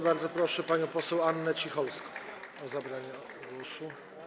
Bardzo proszę panią poseł Annę Cicholską o zabranie głosu.